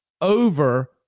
over